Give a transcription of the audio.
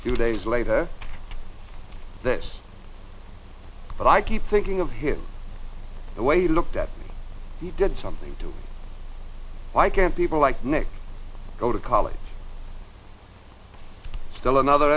three days later this but i keep thinking of him the way he looked at me he did something to why can't people like nick go to college still another